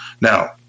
Now